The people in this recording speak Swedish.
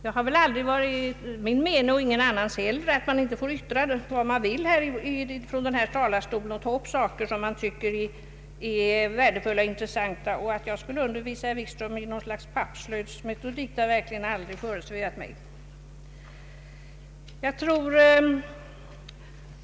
Det har aldrig varit min mening, och väl ingen annans heller, att man inte får yttra vad man vill från den här talarstolen och ta upp saker som man tycker är värdefulla och intressanta. Att jag skulle undervisa herr Wikström i något slags pappslöjdsmetodik har verkligen aldrig föresvävat mig.